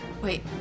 Wait